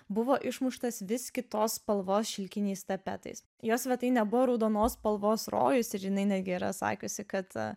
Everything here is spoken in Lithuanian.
buvo išmuštas vis kitos spalvos šilkiniais tapetais jos svetainė buvo raudonos spalvos rojus ir jinai netgi yra sakiusi kad